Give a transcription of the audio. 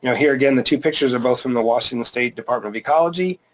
you know here again, the two pictures are both from the washington state department of ecology,